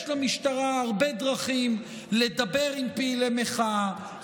יש למשטרה הרבה דרכים לדבר עם פעילי מחאה,